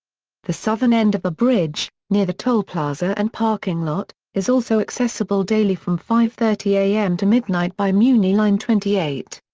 the southern end of the bridge, near the toll plaza and parking lot, is also accessible daily from five thirty a m. to midnight by muni line twenty eight.